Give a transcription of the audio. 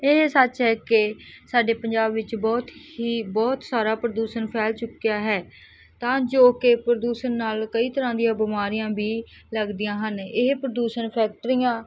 ਇਹ ਸੱਚ ਹੈ ਕਿ ਸਾਡੇ ਪੰਜਾਬ ਵਿੱਚ ਬਹੁਤ ਹੀ ਬਹੁਤ ਸਾਰਾ ਪ੍ਰਦੂਸ਼ਣ ਫੈਲ ਚੁੱਕਿਆ ਹੈ ਤਾਂ ਜੋ ਕਿ ਪ੍ਰਦੂਸ਼ਣ ਨਾਲ ਕਈ ਤਰ੍ਹਾਂ ਦੀਆਂ ਬਿਮਾਰੀਆਂ ਵੀ ਲੱਗਦੀਆਂ ਹਨ ਇਹ ਪ੍ਰਦੂਸ਼ਣ ਫੈਕਟਰੀਆਂ